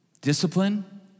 Discipline